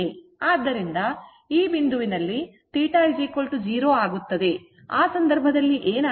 ಆದ್ದರಿಂದ ಈ ಬಿಂದುವಿನಲ್ಲಿθ 0 ಆಗುತ್ತದೆ ಆ ಸಂದರ್ಭದಲ್ಲಿ ಏನಾಗುತ್ತದೆ